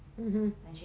mmhmm